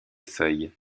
feuilles